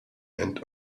and